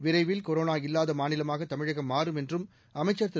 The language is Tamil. விரைவில் கொரோனா இல்லாத மாநிலமாக தமிழகம் மாறும் என்றும் அமைச்சர் திரு